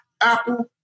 Apple